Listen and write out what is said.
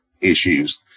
issues